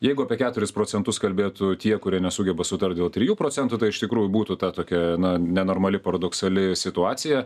jeigu apie keturis procentus kalbėtų tie kurie nesugeba sutart dėl trijų procentų tai iš tikrųjų būtų ta tokia na nenormali paradoksali situacija